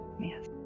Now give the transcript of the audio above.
yes